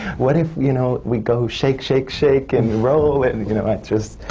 what if, you know, we go shake-shake-shake and roll? you know,